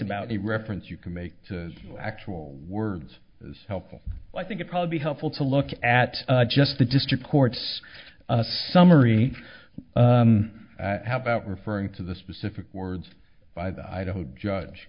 about a reference you can make to actual words is helpful i think it probably be helpful to look at just the district court's summary how about referring to the specific words by the idaho judge